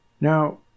Now